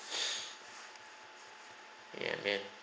ya man